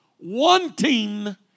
Wanting